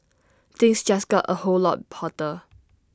things just got A whole lot hotter